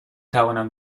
توانم